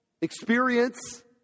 experience